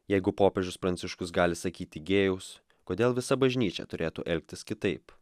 jeigu popiežius pranciškus gali sakyti gėjaus kodėl visa bažnyčia turėtų elgtis kitaip